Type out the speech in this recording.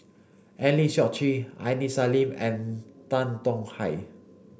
Eng Lee Seok Chee Aini Salim and Tan Tong Hye